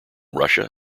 russia